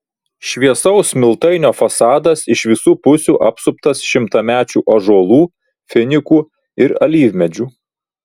šviesaus smiltainio fasadas iš visų pusių apsuptas šimtamečių ąžuolų finikų ir alyvmedžių